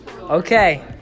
Okay